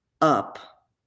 up